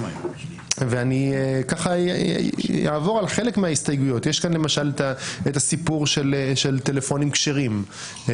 אני אעבור על חלק מההסתייגויות: יש כאן את הסיפור של טלפונים כשרים,